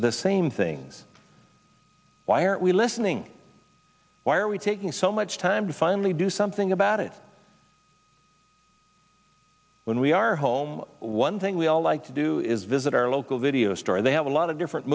the same things why are we listening why are we taking so much time to finally do something about it when we are home one thing we all like to do is visit our local video store they have a lot of different